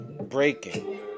Breaking